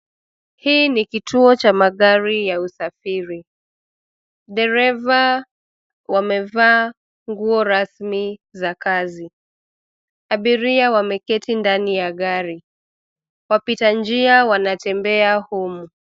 Hiki ni kituo cha magari ya usafiri. Madereva wamevaa nguo rasmi za kazi. Abiria wameketi ndani ya gari. Wapitanjia wanapita humu.